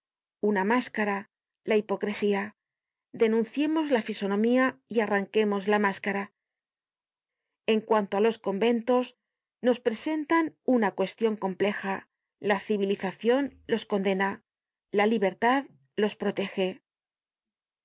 una máscara la hipocresía denunciemos la fisonomía y arranquemos la máscara l l en cuanto á los conventos nos presentan una cuestion compleja la civilizacion los condena la libertad los protege